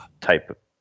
type